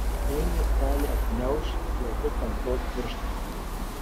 tuoj miestelį apgniauš juodi tamsos pirštai